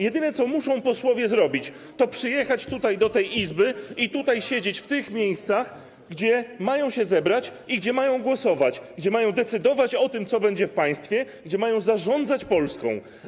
Jedyne, co muszą posłowie zrobić, to przyjechać tutaj, do tej Izby, i tutaj siedzieć, w tych miejscach, gdzie mają się zebrać i gdzie mają głosować, gdzie mają decydować o tym, co będzie w państwie, gdzie mają zarządzać Polską.